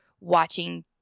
watching